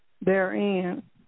therein